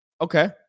Okay